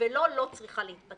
ואחר כך תיתן לי.